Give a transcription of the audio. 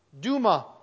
Duma